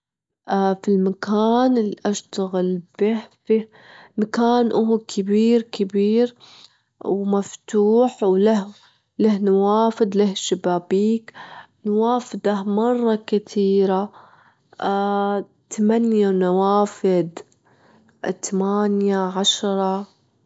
في المكان اللي أشتغل به فيه، مكان هو كبير كبير، ومفتوح وله- له نوافد له شبابيك، نوافده مرة كتيرة، تمانية نوافذ، تمانية عشرة.